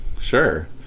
sure